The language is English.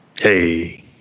Hey